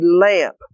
lamp